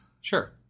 Sure